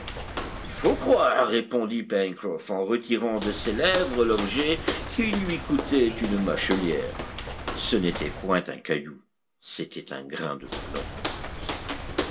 il faut croire répondit pencroff en retirant de ses lèvres l'objet qui lui coûtait une mâchelière ce n'était point un caillou c'était un grain de plomb